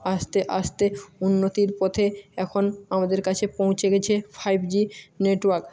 আসতে আসতে উন্নতির পথে এখন আমাদের কাছে পৌঁছে গেছে ফাইভ জি নেটওয়ার্ক